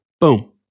Boom